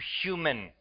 human